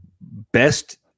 best